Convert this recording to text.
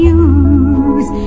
use